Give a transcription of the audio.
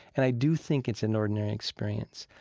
and i do think it's an ordinary experience.